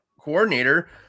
coordinator